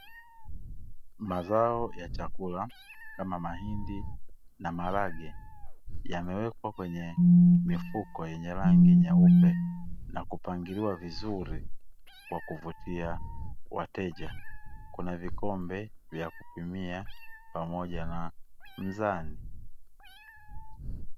Mazao ya chakula kama mahindi na maharage yamewekwa kwenye mifuko yenye rangi nyeupe na kupangiliwa vizuri kwa kuvutia wateja. Kuna vikombe vya kupimia pamoja na mzani.